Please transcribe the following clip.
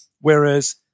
Whereas